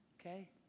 okay